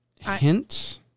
hint